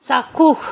চাক্ষুষ